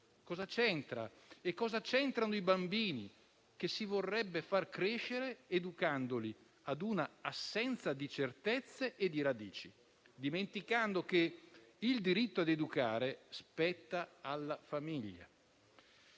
tutto questo? E cosa c'entrano i bambini, che si vorrebbero crescere educandoli a un'assenza di certezze e radici, dimenticando che il diritto a educare spetta alla famiglia?